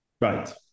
Right